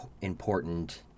important